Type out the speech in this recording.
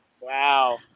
Wow